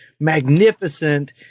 magnificent